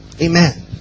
Amen